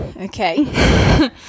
okay